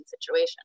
situation